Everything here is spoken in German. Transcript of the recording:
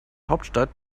hauptstadt